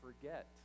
forget